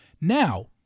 Now